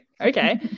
okay